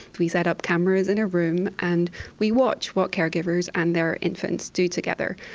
we set up cameras in a room and we watch what caregivers and their infants do together.